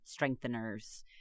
strengtheners